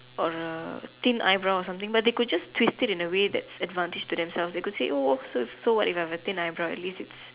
or a thin eyebrow or something but they could just twist it in a way that's advantage to themselves they could say oh so so what if I have a thin eyebrow at least it's